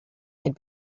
had